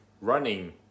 running